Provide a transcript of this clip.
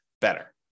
better